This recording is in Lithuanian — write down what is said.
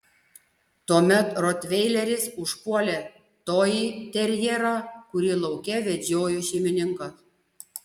tuomet rotveileris užpuolė toiterjerą kurį lauke vedžiojo šeimininkas